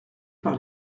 par